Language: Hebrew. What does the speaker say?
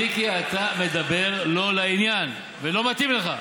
מיקי, אתה מדבר לא לעניין, ולא מתאים לך.